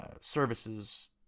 services